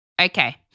Okay